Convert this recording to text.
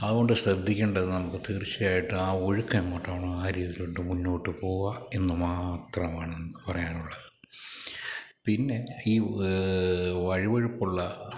അതുകൊണ്ട് ശ്രദ്ധിക്കേണ്ടത് നമുക്ക് തീർച്ചയായിട്ടും ആ ഒഴുക്കെങ്ങോട്ടാണോ ആ രീതിയിലോട്ട് മുന്നോട്ടുപോവാം എന്നു മാത്രമാണ് നമുക്ക് പറയാനുള്ളത് പിന്നെ ഈ വഴുവഴുപ്പുള്ള